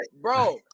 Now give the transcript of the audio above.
bro